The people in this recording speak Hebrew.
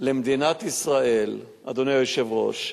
למדינת ישראל, אדוני היושב-ראש,